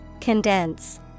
Condense